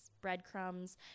breadcrumbs